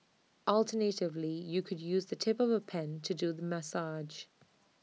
alternatively you can use the tip of A pen to do the massage